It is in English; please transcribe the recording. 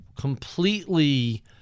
completely